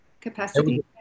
capacity